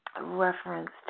reference